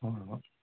ꯍꯣ ꯍꯣ ꯍꯣꯏ